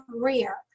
career